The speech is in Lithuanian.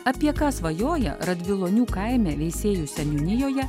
apie ką svajoja radvilonių kaime veisiejų seniūnijoje